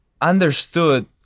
understood